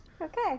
Okay